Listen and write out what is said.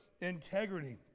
integrity